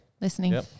Listening